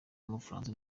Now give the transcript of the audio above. w’umufaransa